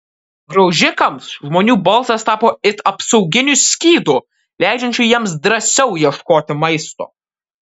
graužikams žmonių balsas tapo it apsauginiu skydu leidžiančiu jiems drąsiau ieškoti maisto